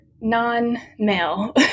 non-male